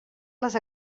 les